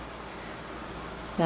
ya